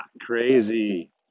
crazy